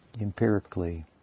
empirically